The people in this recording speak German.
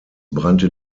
brannte